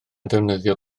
ddefnyddio